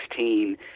2016